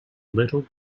little